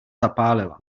zapálila